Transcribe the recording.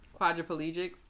quadriplegic